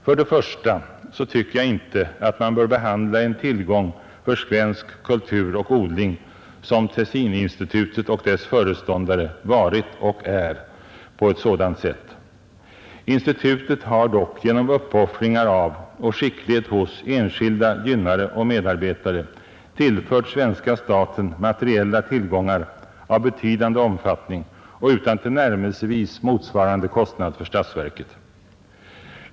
För det första tycker jag inte att man bör behandla en tillgång för svensk kultur och odling, som Tessininstitutet och dess föreståndare varit och är, på ett sådant sätt. Institutet har dock genom uppoffringar av och skicklighet hos enskilda gynnare och medarbetare tillfört svenska staten materiella tillgångar av betydande omfattning och utan tillnärmelsevis motsvarande kostnad för statsverket.